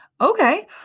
Okay